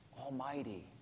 Almighty